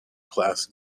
class